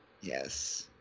Yes